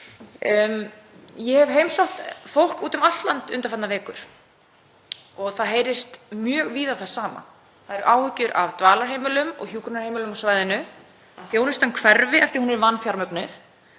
Ég hef heimsótt fólk úti um allt land undanfarnar vikur. Það heyrist mjög víða það sama. Það eru áhyggjur af dvalarheimilum og hjúkrunarheimilum á svæðinu, að þjónustan hverfi af því hún er vanfjármögnuð.